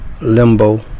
limbo